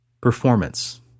Performance